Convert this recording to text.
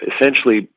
essentially